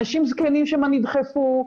אנשים זקנים שמה נדחפו,